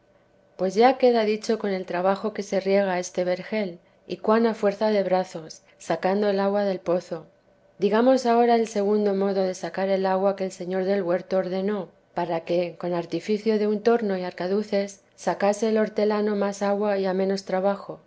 pues ya queda dicho con el trabajo que se riega este vergel y cuan a fuerza de brazos sacando el agua del pozo digamos ahora el segundo modo de sacar el agua que el señor del huerto ordenó para que con artificio de un torno y arcaduces sacase el hortelano más agua y a menos trabajo